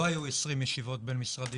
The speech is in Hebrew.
לא היו 20 עשרים ישיבות בין-משרדיות,